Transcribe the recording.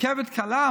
רכבת קלה?